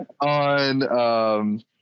on